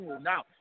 Now